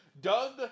Doug